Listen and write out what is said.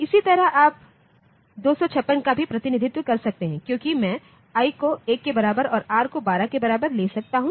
इसी तरह आप 256 का भी प्रतिनिधित्व कर सकते हैं क्योंकि मैं i को 1 के बराबर और r को12 के बराबर ले सकता हूं